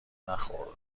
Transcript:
نخورده